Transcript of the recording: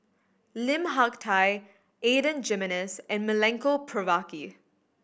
Lim Hak Tai Adan Jimenez and Milenko Prvacki